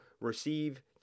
receive